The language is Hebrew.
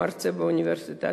מרצה באוניברסיטה.